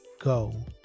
go